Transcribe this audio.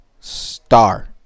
star